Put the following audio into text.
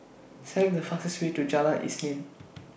Select The fastest Way to Jalan Isnin